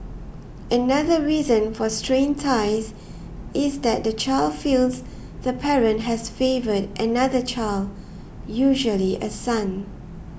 another reason for strained ties is that the child feels the parent has favoured another child usually a son